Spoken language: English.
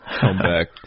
comeback